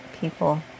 people